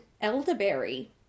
elderberry